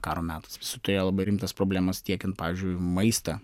karo metais visi turėjo labai rimtas problemas tiekiant pavyzdžiui maistą